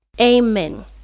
Amen